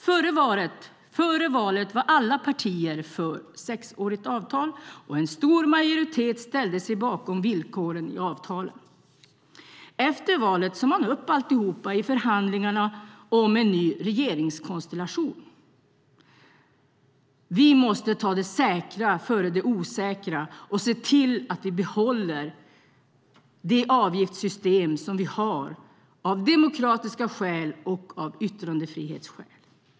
Före valet var alla partier för ett sexårigt avtal, och en stor majoritet ställde sig bakom villkoren i avtalet. Efter valet sade man upp alltihop i förhandlingarna om en ny regeringskonstellation. Vi måste ta det säkra för det osäkra och se till att vi behåller det avgiftssystem vi har, av demokratiska skäl och av yttrandefrihetsskäl.